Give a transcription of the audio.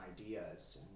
ideas